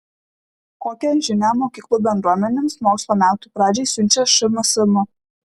kokią žinią mokyklų bendruomenėms mokslo metų pradžiai siunčia šmsm